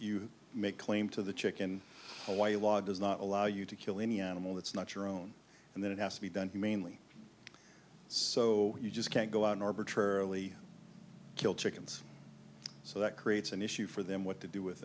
you make claim to the chicken hawaii law does not allow you to kill any animal that's not your own and then it has to be done mainly so you just can't go on arbitrarily kill chickens so that creates an issue for them what to do with